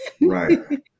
right